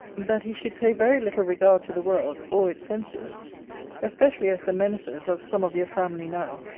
that he should pay very little regard to the world, or its censures especially as the menaces of some of your family now,